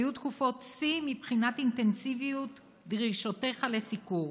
היו תקופות שיא מבחינת אינטנסיביות דרישותיך לסיקור.